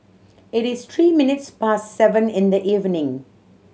it is three minutes past seven in the evening